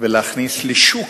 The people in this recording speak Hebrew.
לשוק